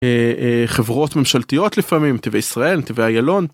חברות ממשלתיות לפעמים נתיבי ישראל נתיבי איילון.